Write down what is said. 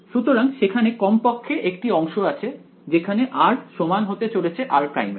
সুতরাং সেখানে কমপক্ষে একটি অংশ আছে যেখানে r সমান হতে চলেছে r' এর